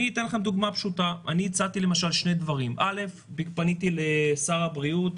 אני הצעתי למשל שני דברים: א' פניתי לשר הבריאות,